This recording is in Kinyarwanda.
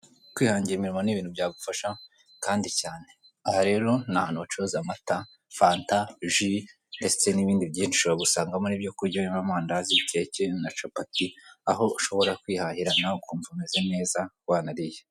Kwihangira umurimo n'ibintu byagufasha kandi cyane, aha rero ni ahantu bacuruza amata, fanta, ji ndetse n'ibindi byinshi ushobora gusangamo n'ibyo kurya harimo amandazi, keke na capati aho ushobora kwihahira nawe ukumva umeze neza wanariye.